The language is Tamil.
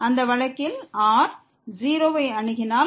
அந்த வழக்கில் r 0 ஐ அணுகினால்